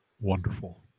Wonderful